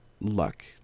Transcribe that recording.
luck